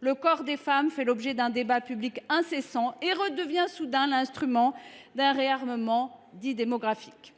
le corps des femmes fait l’objet d’un débat public incessant et redevient soudain l’instrument d’un « réarmement » dit démographique.